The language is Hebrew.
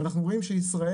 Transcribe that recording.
אנחנו רואים שישראל,